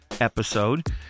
episode